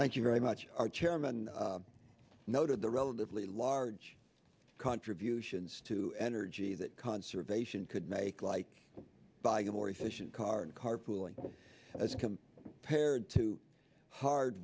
thank you very much our chairman noted the relatively large contributions to energy that conservation could make like buying a more efficient car and carpooling has come paired to hard